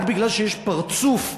רק מפני שיש פרצוף,